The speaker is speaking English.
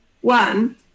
One